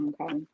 Okay